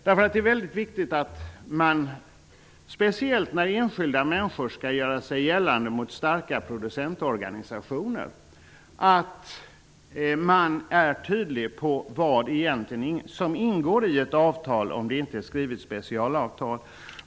Det är väldigt viktigt att när enskilda människor skall göra sig gällande mot starka producentorganisationer att det är tydligt vad som ingår i ett avtal -- om det inte är fråga om ett skrivet specialavtal.